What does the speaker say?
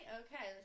okay